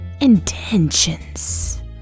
intentions